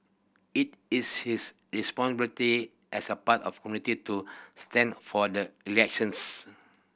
it is his responsibility as a part of community to stand for the elections